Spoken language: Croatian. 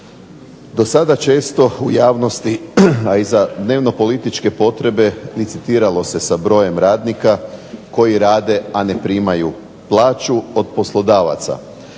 Do sada često u javnosti, a i za dnevno političke potrebe licitiralo se sa brojem radnika koji rade, a ne primaju plaću od poslodavaca.